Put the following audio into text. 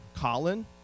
Colin